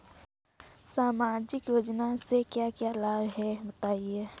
सामाजिक योजना से क्या क्या लाभ हैं बताएँ?